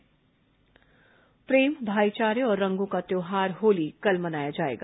होलिका दहन प्रेम भाईचारे और रंगों का त्यौहार होली कल मनाया जाएगा